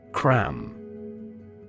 C-R-A-M